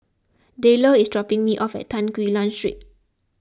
Dayle is dropping me off at Tan Quee Lan Street